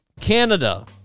Canada